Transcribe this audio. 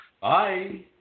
Bye